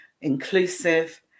inclusive